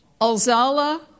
Alzala